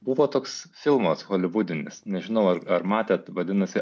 buvo toks filmas holivudinis nežinau ar matėt vadinasi